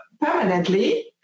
permanently